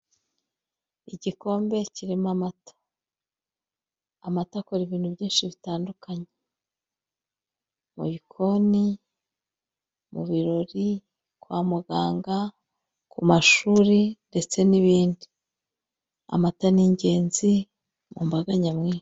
Igikombe kirimo amata, amata akora ibintu byinshi bitandukanye, mu bikoni, mu birori, kwa muganga, ku mashuri ndetse n'ibindi, amata n'ingenzi mu mbaga nyamwinshi.